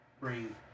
bring